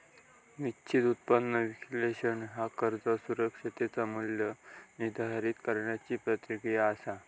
निश्चित उत्पन्न विश्लेषण ह्या कर्ज सुरक्षिततेचा मू्ल्य निर्धारित करण्याची प्रक्रिया असा